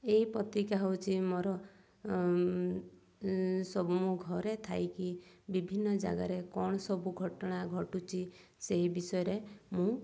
ଏହି ପତ୍ରିକା ହଉଛି ମୋର ସବୁ ମୁଁ ଘରେ ଥାଇକି ବିଭିନ୍ନ ଜାଗାରେ କ'ଣ ସବୁ ଘଟଣା ଘଟୁଛି ସେହି ବିଷୟରେ ମୁଁ